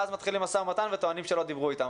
ואז מתחילים משא ומתן וטוענים שלא דיברו איתם.